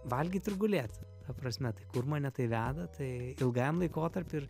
valgyt ir gulėt ta prasme tai kur mane tai veda tai ilgajam laikotarpiui ir